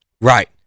Right